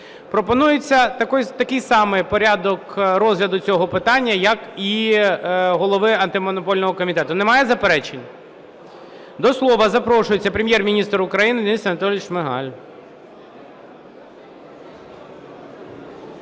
Пропонується такий самий порядок розгляду цього питання, як і Голови Антимонопольного комітету. Немає заперечень? До слова запрошується Прем'єр-міністр України Денис Анатолійович Шмигаль.